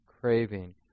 craving